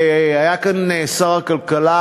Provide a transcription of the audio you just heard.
היה כאן שר הכלכלה,